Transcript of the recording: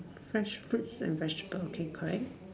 fresh fruit and vegetable okay correct